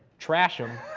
trash them.